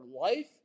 life